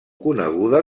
coneguda